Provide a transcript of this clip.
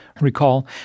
Recall